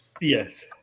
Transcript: Yes